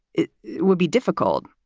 it will be difficult.